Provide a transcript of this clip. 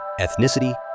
ethnicity